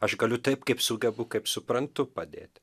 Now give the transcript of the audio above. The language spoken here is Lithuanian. aš galiu taip kaip sugebu kaip suprantu padėti